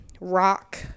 rock